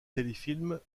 téléfilms